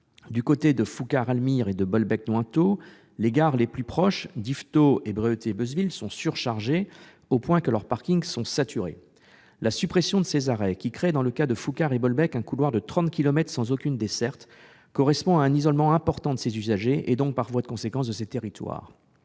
Du côté de Foucart-Alvimare et de Bolbec-Nointot, les gares les plus proches d'Yvetot et Bréauté-Beuzeville sont surchargées, au point que leurs parkings sont saturés. D'autre part, la suppression de ces arrêts, qui crée dans le cas de Foucart et de Bolbec un couloir de trente kilomètres sans aucune desserte, correspond à un isolement important des usagers concernés et, par voie de conséquence, de ces territoires.